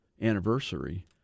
anniversary